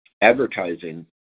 advertising